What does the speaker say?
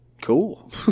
Cool